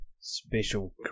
special